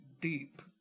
deep